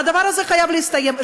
והדבר הזה חייב להסתיים.